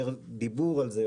יותר דיבור על זה,